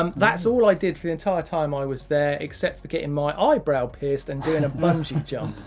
um that's all i did for the entire time i was there, except for getting my eyebrow pierced and doing a bungee jump.